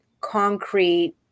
concrete